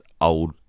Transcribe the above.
old